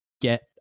get